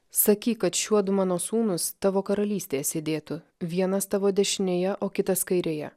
sakyk kad šiuodu mano sūnus tavo karalystėje sėdėtų vienas tavo dešinėje o kitas kairėje